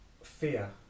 fear